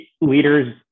leaders